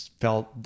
felt